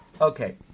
Okay